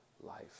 life